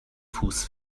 fuß